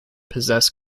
possess